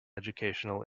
educational